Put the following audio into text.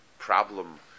problem